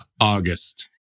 August